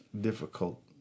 difficult